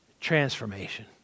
transformation